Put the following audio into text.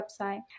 website